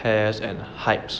pairs and hypes